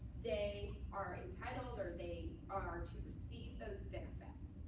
they are entitled or they are to receive those benefits.